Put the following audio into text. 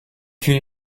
fut